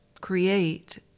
create